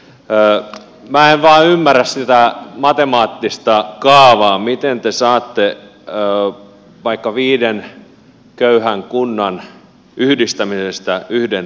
minä en vain ymmärrä sitä matemaattista kaavaa miten te saatte vaikka viiden köyhän kunnan yhdistämisestä yhden rikkaan